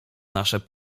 nasze